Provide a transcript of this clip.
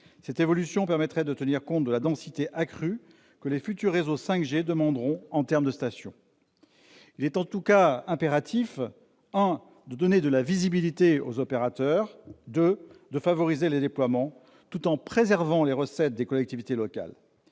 cette évolution permettrait de tenir compte de la densité accrue que les futurs réseaux 5G exigeront en termes de stations. En tout cas, il est impératif, premièrement, de donner de la visibilité aux opérateurs et, deuxièmement, de favoriser les déploiements tout en préservant les recettes des collectivités locales.